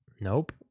Nope